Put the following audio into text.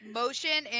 motion